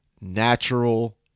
natural